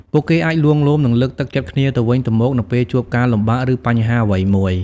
ពួកគេអាចលួងលោម និងលើកទឹកចិត្តគ្នាទៅវិញទៅមកនៅពេលជួបការលំបាក ឬបញ្ហាអ្វីមួយ ។